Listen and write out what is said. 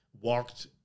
walked